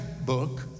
book